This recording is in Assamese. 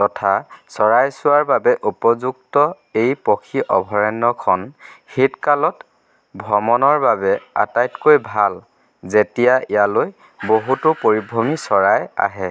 তথা চৰাই চোৱাৰ বাবে উপযুক্ত এই পক্ষী অভয়াৰণ্যখন শীতকালত ভ্ৰমণৰ বাবে আটাইতকৈ ভাল যেতিয়া ইয়ালৈ বহুতো পৰিভ্ৰমী চৰাই আহে